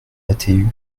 atu